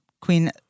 Queen